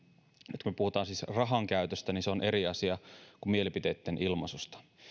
nyt kun puhutaan siis rahankäytöstä niin se on eri asia kuin mielipiteitten ilmaisu